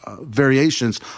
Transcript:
variations